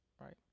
Right